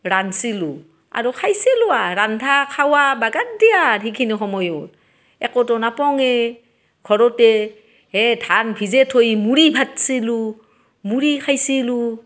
ৰান্ধিছিলোঁ আৰু খাইছিলোঁ আৰ ৰান্ধা খাৱা বাগৰ দিয়া সেইখিনি সময়ত একোতো নাপঙে ঘৰতে এই ধান ভিজে থৈ মুড়ি ভাজিছিলোঁ মুড়ি খাইছিলোঁ